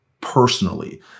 personally